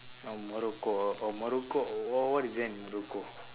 morocco orh orh morocco what what is there in morocco